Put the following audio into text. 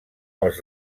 pels